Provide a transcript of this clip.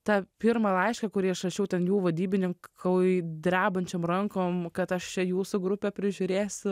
tą pirmą laišką kurį aš rašiau ten jų vadybininkui drebančiom rankom kad aš čia jūsų grupę prižiūrėsiu